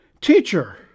Teacher